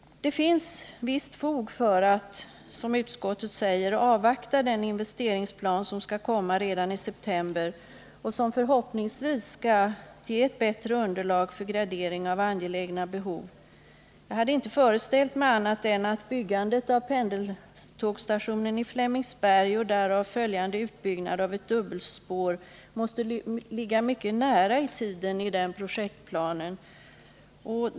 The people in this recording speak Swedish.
Det finns visst fog för att. som utskottet säger, avvakta den investeringsplan som skall komma redan i september, och som förhoppningsvis skall ge ett bättre underlag för gradering av angelägna behov. Jag hade inte föreställt mig annat än att byggandet av pendeltågsstationen i Flemingsberg och därav följande utbyggnad av ett dubbelspår måste ligga mycket nära i tiden i den projektplanen.